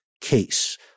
case